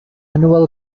emmanuel